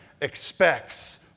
expects